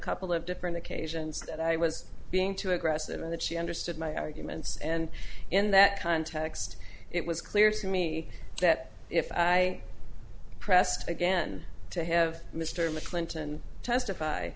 couple of different occasions that i was being too aggressive and that she understood my arguments and in that context it was clear to me that if i pressed again to have mr mcclinton testify